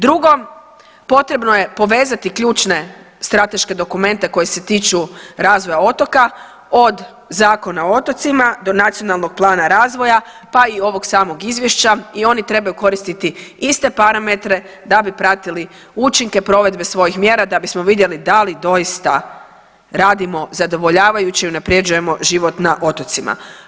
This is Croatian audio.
Drugo, potrebno je povezati ključne strateške dokumente koji se tiču razvoja otoka od Zakona o otocima do Nacionalnog plana razvoja pa i ovog samog izvješća i oni trebaju koristiti iste parametre da bi pratili učinke provedbe svojih mjera da bismo vidjeli da li doista radimo zadovoljavajuće i unapređujemo život na otocima.